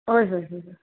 ਓਏ ਹੋਏ ਹੋਏ ਹੋਏ ਹੋਏ